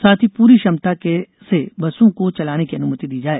साथ ही पूरी क्षमता से बसों को चलाने की अनुमति दी जाए